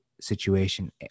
situation